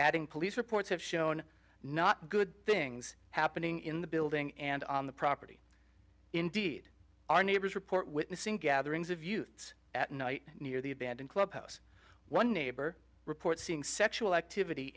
adding police reports have shown not good things happening in the building and on the property indeed our neighbors report witnessing gatherings of youths at night near the abandoned clubhouse one neighbor report seeing sexual activity